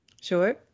Sure